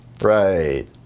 Right